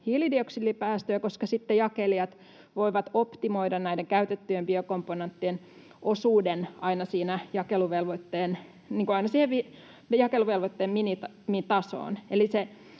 hiilidioksidipäästöjä, koska sitten jakelijat voivat optimoida näiden käytettyjen biokomponenttien osuuden aina jakeluvelvoitteen minimitasoon.